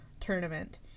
tournament